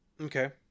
Okay